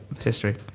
history